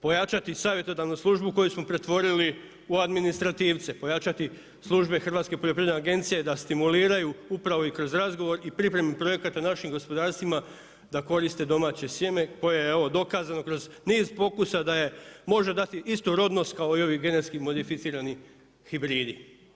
Pojačati savjetodavnu službu koju smo pretvorili u administrativce, pojačati službe Hrvatske poljoprivredne agencije da stimuliraju upravo i kroz razgovor i pripremu projekata našim gospodarstvima da koriste domaće sjene koje je evo dokazano kroz niz pokusa da može dati istu rodnost kao i ovi genetski modificirani hibridi.